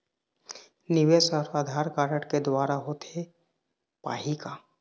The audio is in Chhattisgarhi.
निवेश हर आधार कारड के द्वारा होथे पाही का?